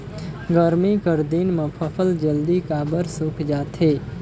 गरमी कर दिन म फसल जल्दी काबर सूख जाथे?